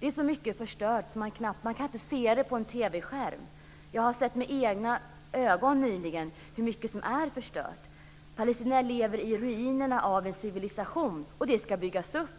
Det är så mycket som är förstört att man inte kan se det på en TV skärm. Jag har nyligen sett med egna ögon hur mycket som är förstört. Palestinierna lever i ruinerna av en civilisation. Den ska byggas upp.